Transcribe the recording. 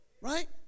Right